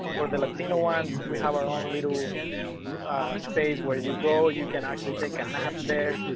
for the latino one we have our own little space where you go, you can actually take a nap there.